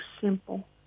simple